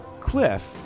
Cliff